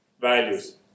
values